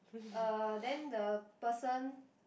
uh then the person